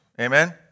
Amen